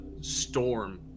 storm